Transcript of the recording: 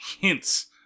Hints